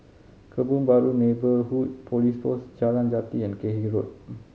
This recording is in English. Kebun Baru Neighbourhood Police Post Jalan Jati and Cairnhill Road